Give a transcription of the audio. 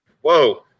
whoa